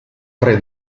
tre